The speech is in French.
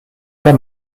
pas